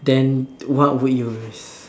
then what would you risk